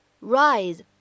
rise